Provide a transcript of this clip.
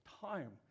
time